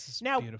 Now